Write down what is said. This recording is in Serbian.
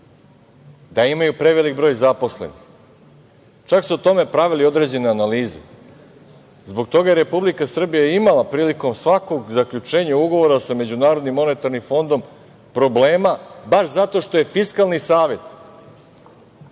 da imaju prevelik broj zaposlenih. Čak su o tome pravili određene analize. Zbog toga je Republika Srbija imala prilikom svakog zaključenja ugovora sa MMF problema, baš zato što je Fiskalni savet,